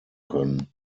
können